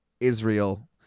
Israel